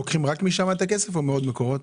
לוקחים רק משם את הכסף או מעוד מקורות?